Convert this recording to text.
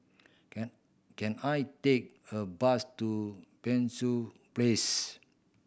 can can I take a bus to Penshurst Place